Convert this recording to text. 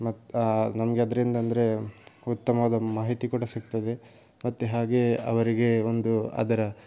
ಮತ್ತು ನಮ್ಗದ್ರಿಂದಂದ್ರೆ ಉತ್ತಮವಾದ ಮಾಹಿತಿ ಕೂಡ ಸಿಗ್ತದೆ ಮತ್ತು ಹಾಗೆ ಅವರಿಗೆ ಒಂದು ಅದರ